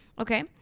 Okay